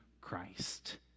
Christ